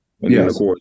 Yes